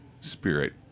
spirit